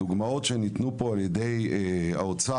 הדוגמאות שניתנו פה על ידי האוצר,